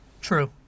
True